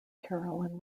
carolyn